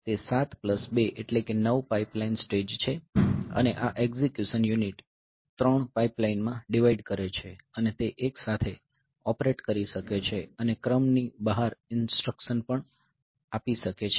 તે 7 પ્લસ 2 એટલે કે 9 પાઇપલાઇન સ્ટેજ છે અને આ એક્ઝીક્યુશન યુનિટ 3 પાઇપલાઇનમાં ડિવાઈડ કરે છે અને તે એકસાથે ઓપરેટ કરી શકે છે અને ક્રમ ની બહાર ઇન્સટ્રકશન પણ આપી શકે છે